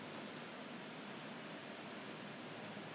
seven plus seven before seven thirty